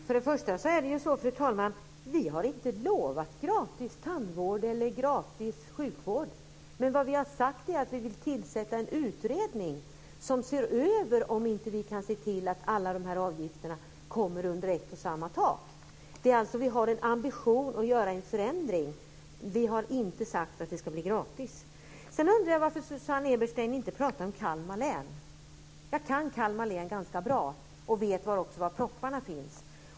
Fru talman! Först och främst har vi inte lovat gratis tandvård eller gratis sjukvård. Vi har sagt att vi vill tillsätta en utredning som ser över om vi inte kan se till att alla dessa avgifter kommer under ett och samma tak. Vi har alltså en ambition att göra en förändring. Vi har inte sagt att det ska bli gratis. Sedan undrar jag varför Susanne Eberstein inte talar om Kalmar län. Jag kan Kalmar län ganska bra och vet också var propparna finns.